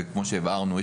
כמו שהבהרנו,